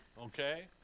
Okay